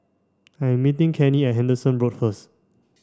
I'm meeting Cannie at Henderson Road first